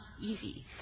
easy